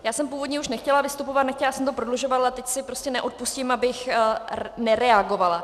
Já jsem původně už nechtěla vystupovat, nechtěla jsem to prodlužovat, ale teď si prostě neodpustím, abych nereagovala.